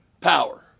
power